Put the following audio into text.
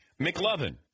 McLovin